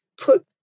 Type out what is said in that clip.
put